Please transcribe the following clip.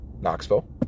Knoxville